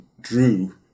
drew